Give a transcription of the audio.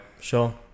Sure